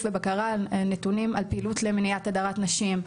ובקרה על פעילות למניעת הדרת נשים.